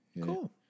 Cool